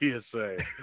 PSA